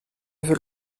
veut